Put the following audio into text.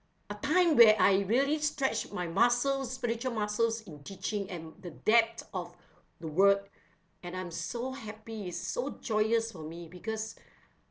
a time where I really stretch my muscles spiritual muscles in teaching and the depth of the word and I'm so happy so joyous for me because